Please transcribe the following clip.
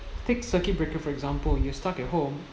take circuit breaker for example you are stuck at home